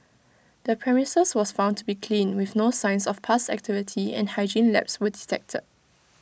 the premises was found to be clean with no signs of pest activity and hygiene lapse were detected